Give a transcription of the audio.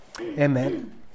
Amen